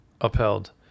upheld